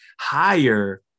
higher